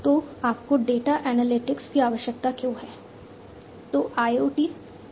तो आपको data analytics की आवश्यकता क्यों है